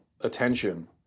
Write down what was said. attention